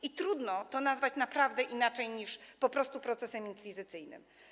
I trudno to nazwać naprawdę inaczej niż po prostu procesem inkwizycyjnym.